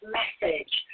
message